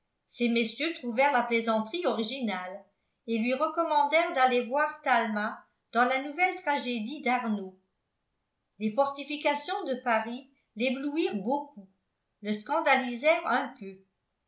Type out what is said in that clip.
ces messieurs trouvèrent la plaisanterie originale et lui recommandèrent d'aller voir talma dans la nouvelle tragédie d'arnault les fortifications de paris l'éblouirent beaucoup le scandalisèrent un peu